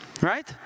Right